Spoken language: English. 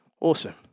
Awesome